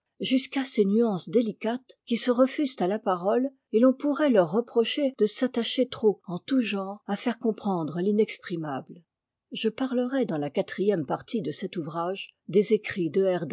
jusqu'à ces nuances délicates qui se refusent à la parole et l'on pourrait leur reprocher de s'attacher trop en tout genre à faire comprendre l'inexprimable je parlerai dans la quatrième partie de cet ouvrage des écrits de